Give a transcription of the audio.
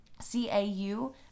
c-a-u